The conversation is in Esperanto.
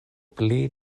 pli